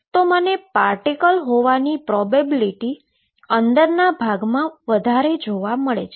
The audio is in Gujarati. તો મને પાર્ટીકલ હોવાની પ્રોબેબીલીટી અંદરના ભાગમાં વધારે જોવા મળે છે